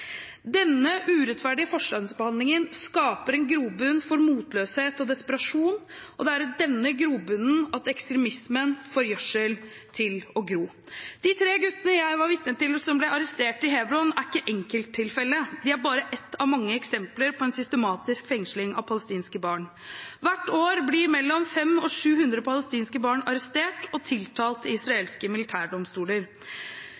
Denne urettferdige forskjellsbehandlingen skaper en grobunn for motløshet og desperasjon, og det er i denne grobunnen at ekstremismen får gjødsel til å gro. De tre guttene som jeg var vitne til ble arrestert i Hebron, er ikke noe enkelttilfelle. Dette var bare ett av mange eksempler på systematisk fengsling av palestinske barn. Hvert år blir mellom 500 og 700 barn arrestert og tiltalt i israelske militærdomstoler.